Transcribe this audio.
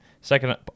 second